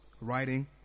writing